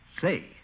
Say